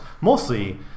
mostly